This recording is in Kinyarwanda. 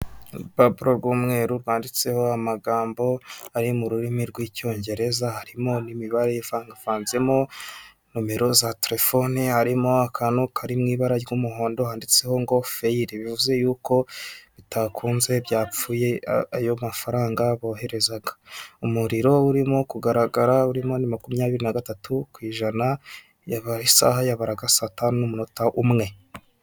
Urupapuro rw'umweru rwanditseho amagambo ari m'ururimi rw'icyongereza harimo n'imibare ivanvanzemo, nomero za terefoni harimo akantu kari mu ibara ry'umuhondo handitseho ngo feyiri bivuze y'uko bitakunze byapfuye ayo mafaranga boherezaga, umuriro urimo kugaragara urimo ni makumyabiri na gatatu kw'jana isaha yabararaga isaha n'umunota umwe.